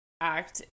act